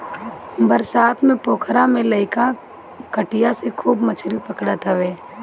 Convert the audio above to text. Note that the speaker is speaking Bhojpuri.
बरसात में पोखरा में लईका कटिया से खूब मछरी पकड़त हवे